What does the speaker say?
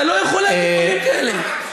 אתה לא יכול להגיד דברים כאלה.